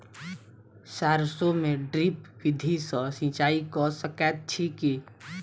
सैरसो मे ड्रिप विधि सँ सिंचाई कऽ सकैत छी की?